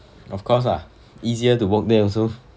of course ah easier to work there also